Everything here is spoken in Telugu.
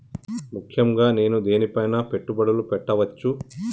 ముఖ్యంగా నేను దేని పైనా పెట్టుబడులు పెట్టవచ్చు?